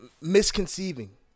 misconceiving